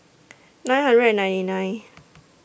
nine hundred and ninety nine